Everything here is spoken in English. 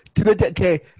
Okay